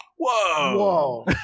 Whoa